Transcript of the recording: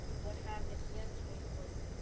what happened yesterday was,